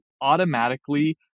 automatically